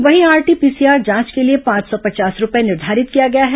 वहीं RT PCR जांच के लिए पांच सौ पर्चास रूपये निर्धारित किया गया है